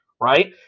right